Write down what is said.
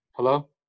Hello